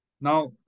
Now